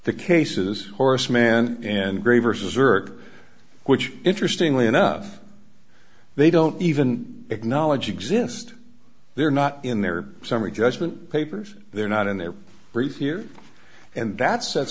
the cases horace mann and gray versus work which interestingly enough they don't even acknowledge exist they're not in their summary judgment papers they're not in their briefs here and that sets